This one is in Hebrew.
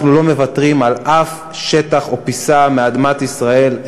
אנחנו לא מוותרים על אף שטח או פיסה מאדמת ישראל,